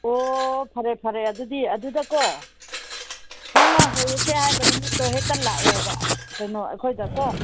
ꯑꯣ ꯐꯔꯦ ꯐꯔꯦ ꯑꯗꯨꯗꯤ ꯑꯗꯨꯗꯀꯣ ꯅꯪꯅ ꯍꯧꯔꯁꯦ ꯍꯥꯏꯕ ꯅꯨꯃꯤꯠꯇꯣ ꯍꯦꯛꯇ ꯂꯥꯛꯑꯣꯕ ꯀꯩꯅꯣ ꯑꯩꯈꯣꯏꯗ ꯀꯣ